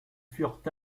furent